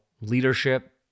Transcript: leadership